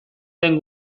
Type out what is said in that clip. den